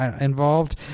involved